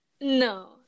No